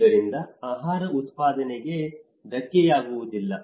ಇದರಿಂದ ಆಹಾರ ಉತ್ಪಾದನೆಗೆ ಧಕ್ಕೆಯಾಗುವುದಿಲ್ಲ